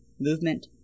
movement